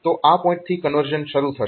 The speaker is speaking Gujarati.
તો આ પોઇન્ટથી કન્વર્ઝન શરૂ થશે